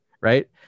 right